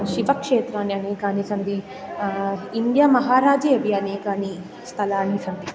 शिवक्षेत्राणि अनेकानि सन्ति इण्डिया महाराजः अपि अनेकानि स्थलानि सन्ति